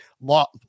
law